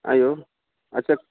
आइयौ अच्छा